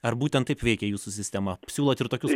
ar būtent taip veikia jūsų sistema siūlot ir tokius